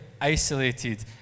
isolated